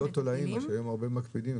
ירק בלי תולעים, היום הרבה מקפידים.